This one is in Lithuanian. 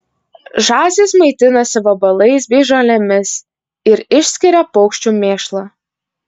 žąsys maitinasi vabalais bei žolėmis ir išskiria paukščių mėšlą